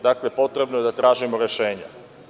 Dakle, potrebno je da tražimo rešenja.